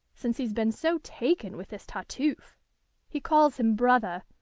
since he's been so taken with this tartuffe. he calls him brother,